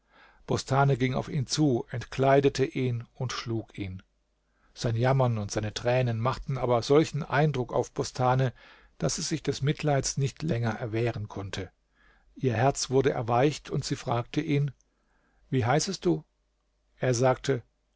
bostane ging auf ihn zu entkleidete ihn und schlug ihn sein jammern und seine tränen machten aber solchen eindruck auf bostane daß sie sich des mitleids nicht länger erwehren konnte ihr herz wurde erweicht und sie fragte ihn wie heißest du er sagte